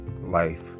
life